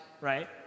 right